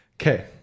okay